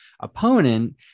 opponent